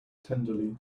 tenderly